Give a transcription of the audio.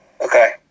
Okay